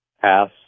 pass